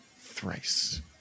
Thrice